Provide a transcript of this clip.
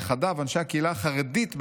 נכדיו, אנשי הקהילה החרדית בארץ,